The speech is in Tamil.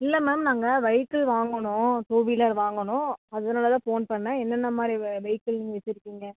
இல்லை மேம் நாங்கள் வெஹிக்கிள் வாங்கணும் டூவீலர் வாங்கணும் அதனாலதான் ஃபோன் பண்ணேன் என்னென்ன மாதிரி வெ வெஹிக்கிள் நீங்கள் வச்சிருக்கீங்க